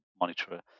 monitor